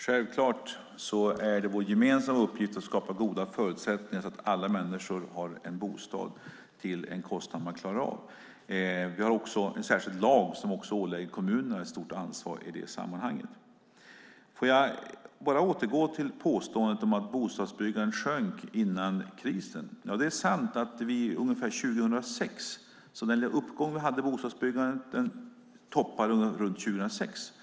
Herr talman! Självfallet är det vår gemensamma uppgift att skapa goda förutsättningar så att alla människor har en bostad till en kostnad man klarar av. Vi har också en särskild lag som ålägger kommunerna ett stort ansvar i sammanhanget. Låt mig återgå till påståendet om att bostadsbyggandet sjönk före krisen. Det är sant att den lilla uppgång vi hade i bostadsbyggandet toppade runt 2006.